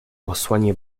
posłanie